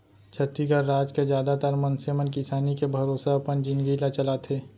छत्तीसगढ़ राज के जादातर मनसे मन किसानी के भरोसा अपन जिनगी ल चलाथे